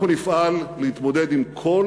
אנחנו נפעל להתמודד עם כל